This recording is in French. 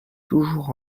toujours